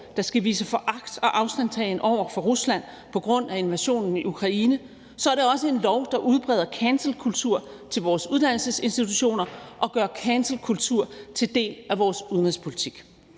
der skal vise foragt og afstandtagen over for Rusland på grund af invasionen i Ukraine, så er det også en lov, der udbreder cancelkultur til vores uddannelsesinstitutioner og gør cancelkultur til en del af vores udenrigspolitik.